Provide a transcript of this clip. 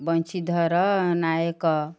Banshidhar Nayak